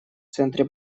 центре